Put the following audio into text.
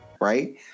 Right